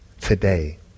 today